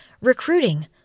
recruiting